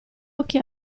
occhi